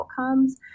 outcomes